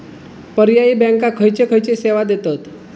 पर्यायी बँका खयचे खयचे सेवा देतत?